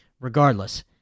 Regardless